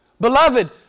Beloved